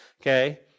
Okay